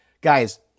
Guys